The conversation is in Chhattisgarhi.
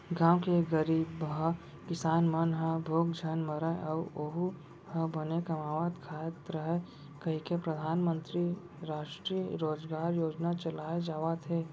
गाँव के गरीबहा किसान मन ह भूख झन मरय अउ ओहूँ ह बने कमावत खात रहय कहिके परधानमंतरी रास्टीय रोजगार योजना चलाए जावत हे